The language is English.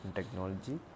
technology